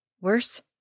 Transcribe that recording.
Worse